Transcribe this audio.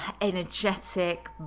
energetic